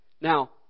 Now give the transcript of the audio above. Now